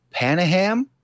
Panaham